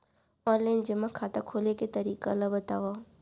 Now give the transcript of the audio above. Online जेमा खाता खोले के तरीका ल बतावव?